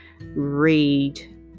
read